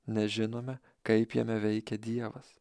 nežinome kaip jame veikia dievas